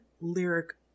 lyric